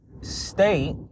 state